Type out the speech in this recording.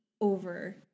over